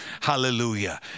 Hallelujah